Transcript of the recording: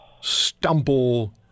stumble